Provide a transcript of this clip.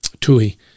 Tui